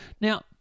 Now